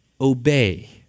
obey